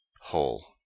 whole